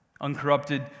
uncorrupted